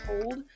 told